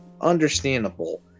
understandable